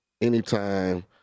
anytime